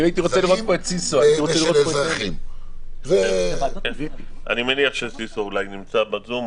הייתי רוצה לראות פה את סיסו --- אני מניח שסיסו אולי נמצא בזום.